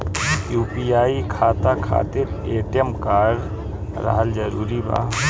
UPI खाता खातिर ATM card रहल जरूरी बा?